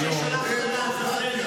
ששלחת לעזאזל.